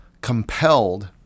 compelled